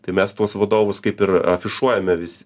tai mes tuos vadovus kaip ir afišuojame vis